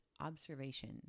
observation